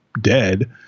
dead